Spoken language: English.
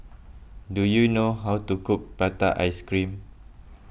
do you know how to cook Prata Ice Cream